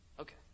Okay